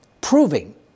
proving